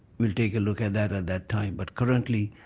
we'll take a look at that at that time. but currently,